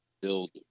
build